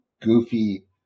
goofy